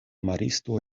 maristo